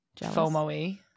FOMO-y